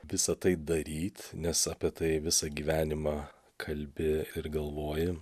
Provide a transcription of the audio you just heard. visą tai daryt nes apie tai visą gyvenimą kalbi ir galvoji